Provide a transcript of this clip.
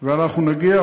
ואנחנו נגיע,